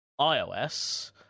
ios